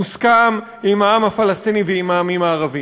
מוסכם, עם העם הפלסטיני ועם העמים הערביים.